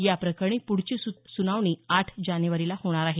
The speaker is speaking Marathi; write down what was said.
याप्रकरणी पुढची सुनावणी आठ जानेवारीला होणार आहे